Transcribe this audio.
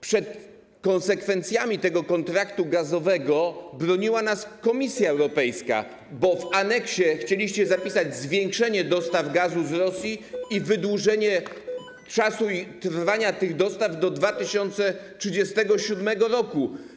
Przed konsekwencjami tego kontraktu gazowego broniła nas Komisja Europejska, bo w aneksie chcieliście zapisać zwiększenie dostaw gazu z Rosji i wydłużenie czasu trwania tych dostaw do 2037 r.